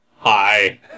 Hi